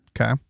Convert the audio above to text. Okay